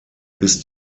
bis